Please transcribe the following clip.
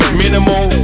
minimal